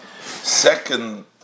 second